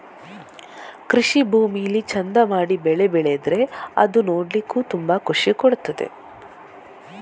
ಕೃಷಿ ಭೂಮಿಲಿ ಚಂದ ಮಾಡಿ ಬೆಳೆ ಬೆಳೆದ್ರೆ ಅದು ನೋಡ್ಲಿಕ್ಕೂ ತುಂಬಾ ಖುಷಿ ಕೊಡ್ತದೆ